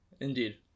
Indeed